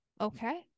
Okay